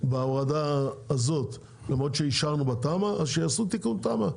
בהורדה הזאת למרות שאישרנו בתמ"א" אז שיעשו תיקון תמ"א,